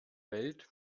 welt